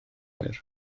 oer